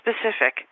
specific